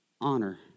Honor